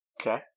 Okay